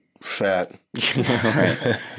fat